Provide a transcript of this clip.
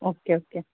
okay okay